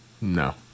No